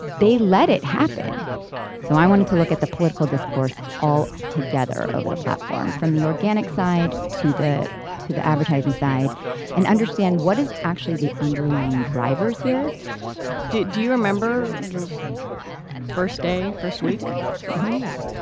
they let it happen so i wanted to look at the political discourse all together over the platform from the organic side to the to the advertising side and understand what is actually the underlying drivers here do do you remember your first day first week oh yeah.